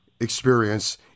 experience